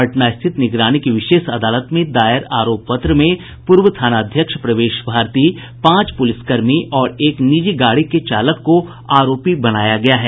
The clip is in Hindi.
पटना स्थित निगरानी की विशेष अदालत में दायर आरोप पत्र में पूर्व थाना अध्यक्ष प्रवेश भारती पांच प्रलिसकर्मी और एक निजी गाड़ी के चालक को आरोपित बनाया गया है